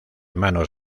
manos